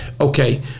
Okay